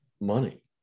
money